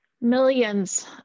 Millions